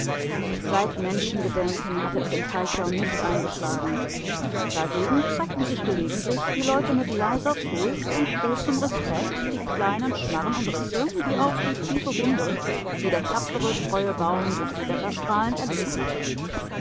seit menschengedenken hatte es in teichau nicht eingeschlagen dagegen zeigten sich gelegentlich die leute mit leiser furcht und großem respekt die kleinen schmarren und risse wie auch die tiefe wunde die der tapfere treue baum durch die wetterstrahlen erlitten hatte